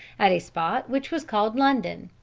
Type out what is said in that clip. at a spot which was called london.